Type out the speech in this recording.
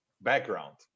background